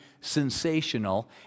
sensational